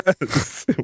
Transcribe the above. Yes